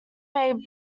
made